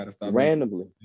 randomly